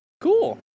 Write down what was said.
Cool